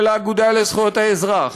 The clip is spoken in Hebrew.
של האגודה לזכויות האזרח,